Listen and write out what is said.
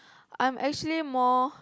I actually more